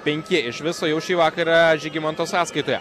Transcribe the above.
penki iš viso jau šį vakarą žygimanto sąskaitoje